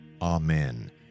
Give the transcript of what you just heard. Amen